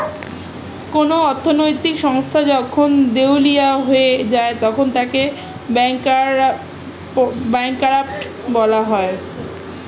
কোন অর্থনৈতিক সংস্থা যখন দেউলিয়া হয়ে যায় তখন তাকে ব্যাঙ্করাপ্ট বলা হয়